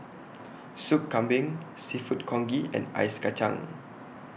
Soup Kambing Seafood Congee and Ice Kacang